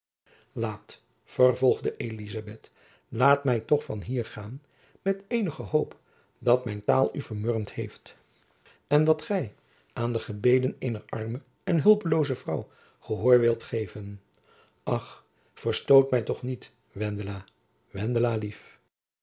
laat vervolgde elizabeth laat my toch van hier gaan met eenige hoop dat mijn taal u vermurwd heeft en dat gy aan de gebeden eener arme en hulpelooze vrouw gehoor wilt geven ach verstoot my toch niet wendela